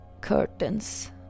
curtains